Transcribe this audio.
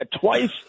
twice